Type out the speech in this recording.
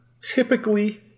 typically